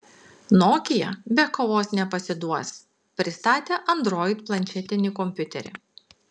nokia be kovos nepasiduos pristatė android planšetinį kompiuterį